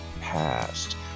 past